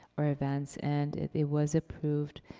or events. and it was approved.